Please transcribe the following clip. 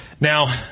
Now